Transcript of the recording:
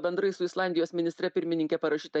bendrai su islandijos ministre pirmininke parašytą